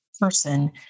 person